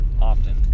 often